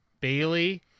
bailey